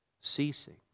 ceasing